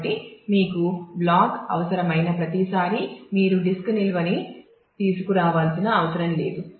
కాబట్టి మీకు బ్లాక్ అవసరమైన ప్రతిసారీ మీరు డిస్క్ నిల్వ ని తీసుకురావాల్సిన అవసరం లేదు